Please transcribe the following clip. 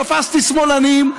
תפסתי שמאלנים.